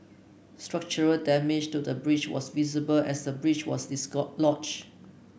structural damage to the bridge was visible as the bridge was